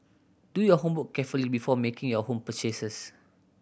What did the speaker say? do your homework carefully before making your home purchases